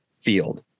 field